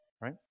right